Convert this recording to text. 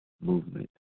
movement